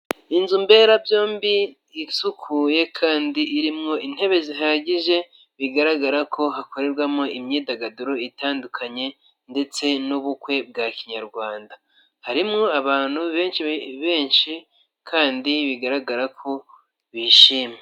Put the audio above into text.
Inzu mberabyombi isukuye kandi iriwo intebe zihagije bigaragara ko hakorerwamo imyidagaduro itandukanye ndetse n'ubukwe bwa kinyarwanda harimo abantu benshi benshi kandi bigaragara ko bishimye.